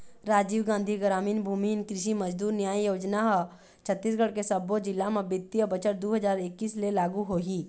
राजीव गांधी गरामीन भूमिहीन कृषि मजदूर न्याय योजना ह छत्तीसगढ़ के सब्बो जिला म बित्तीय बछर दू हजार एक्कीस ले लागू होही